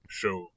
show